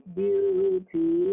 beauty